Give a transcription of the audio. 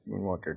Moonwalker